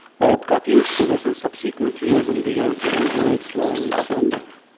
but it got used to this in subsequent years and began to enjoy its long slumber.